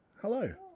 Hello